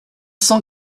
cent